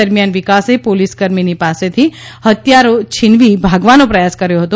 દરમ્યાન વિકાસે પોલીસકર્મીની પાસેથી હથિયારો છીનવીને ભાગવાનો પ્રયાસ કર્યો હતો